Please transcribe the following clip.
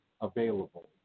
available